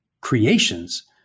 creations